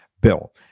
bill